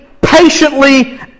patiently